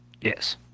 Yes